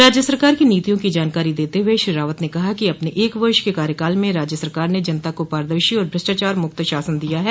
राज्य सरकार की नीतियों की जानकारी देते हुए श्री रावत ने कहा कि अपने एक वर्ष के कार्यकाल में राज्य सरकार ने जनता को पारदर्शी और भ्रष्टाचार मुक्त शासन दिया है